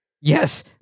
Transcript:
Yes